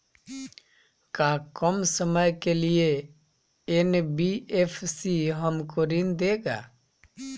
का कम समय के लिए एन.बी.एफ.सी हमको ऋण देगा?